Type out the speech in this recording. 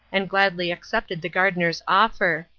and gladly accepted the gardener's offer.